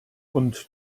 und